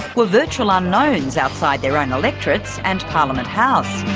were virtual unknowns outside their own electorates and parliament house.